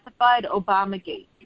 Obamagate